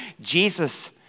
Jesus